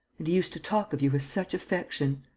and he used to talk of you with such affection!